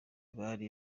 bari